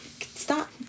Stop